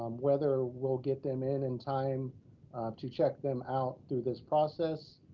um whether we'll get them in in time to check them out through this process,